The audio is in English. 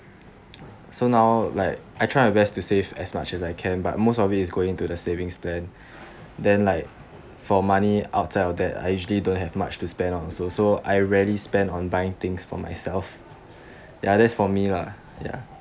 so now like I try my best to save as much as I can but most of it is going to the savings plan then like for money outside of that I usually don't have much to spend on also so I rarely spend on buying things for myself ya that's for me lah ya